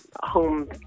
home